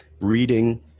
reading